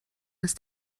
ist